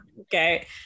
okay